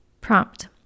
Prompt